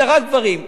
הדרת גברים.